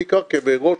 בעיקר כאבי ראש,